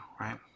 right